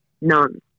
none